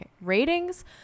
Ratings